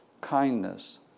kindness